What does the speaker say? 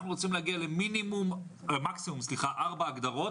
אנחנו רוצים להגיע למקסימום ארבע הגדרות.